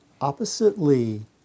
oppositely